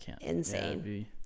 insane